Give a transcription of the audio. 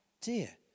dear